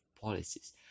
policies